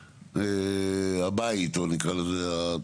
הבית, או נקרא לזה,